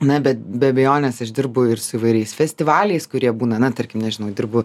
na bet be abejonės aš dirbu ir su įvairiais festivaliais kurie būna na tarkim nežinau dirbu